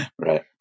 Right